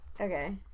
Okay